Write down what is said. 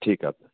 ठीकु आहे त